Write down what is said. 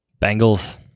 Bengals